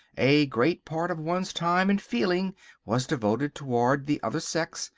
a great part of one's time and feeling was devoted toward the other sex,